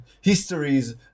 histories